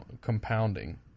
compounding